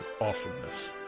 awesomeness